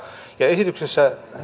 ja esityksessä